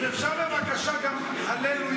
אם אפשר בבקשה גם הללויה.